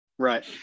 Right